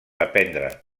aprendre